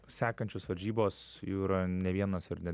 sekančios varžybos jų yra ne vienos ir ne